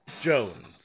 Jones